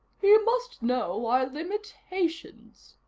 he must know our limitations,